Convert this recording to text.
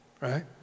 right